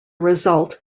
result